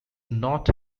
not